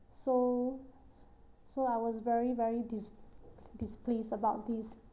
so so I was very very dis~ displeased about this